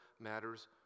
matters